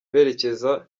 berekeza